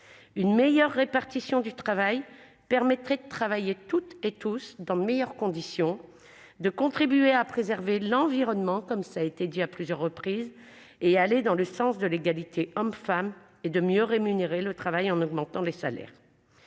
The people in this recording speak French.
Une meilleure répartition du travail permettrait à toutes et tous de travailler dans de meilleures conditions, de préserver l'environnement- cela a été dit à plusieurs reprises -, d'aller dans le sens de l'égalité femmes-hommes et de mieux rémunérer le travail en augmentant les salaires,